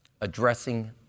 addressing